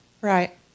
Right